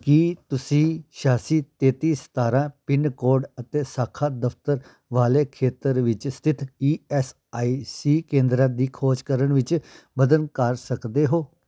ਕੀ ਤੁਸੀਂ ਛਿਆਸੀ ਤੇਤੀ ਸਤਾਰਾਂ ਪਿੰਨ ਕੋਡ ਅਤੇ ਸ਼ਾਖਾ ਦਫ਼ਤਰ ਵਾਲੇ ਖੇਤਰ ਵਿੱਚ ਸਥਿਤ ਈ ਐੱਸ ਆਈ ਸੀ ਕੇਂਦਰਾਂ ਦੀ ਖੋਜ ਕਰਨ ਵਿੱਚ ਮਦਦ ਕਰ ਸਕਦੇ ਹੋ